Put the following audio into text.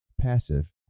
passive